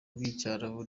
rw’icyarabu